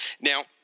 Now